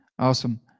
awesome